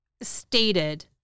stated